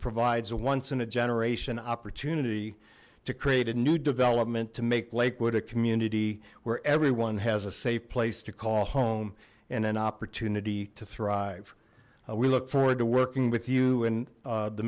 provides a once in a generation opportunity to create a new development to make lakewood a community where everyone has a safe place to call home in an opportunity to thrive we look forward to working with you and